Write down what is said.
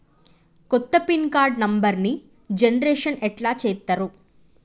కొత్త pin card నెంబర్ని generation ఎట్లా చేత్తరు?